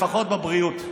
לפחות בבריאות,